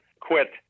quit